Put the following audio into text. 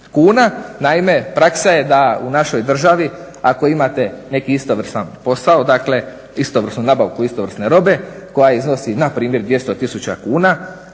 kuna. Naime, praksa je da u našoj državi ako imate neki istovrstan posao, dakle istovrsnu nabavku istovrsne robe koja iznosi npr. 200 tisuća